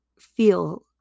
feel